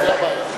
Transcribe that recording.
זו הבעיה.